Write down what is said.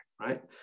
right